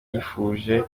yifuje